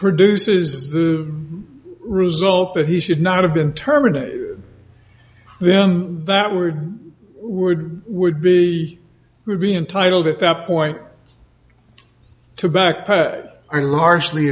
produces the result that he should not have been terminated then that word would would be would be entitled at that point to back are largely